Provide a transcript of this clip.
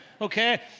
okay